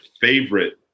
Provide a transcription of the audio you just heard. favorite